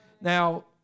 Now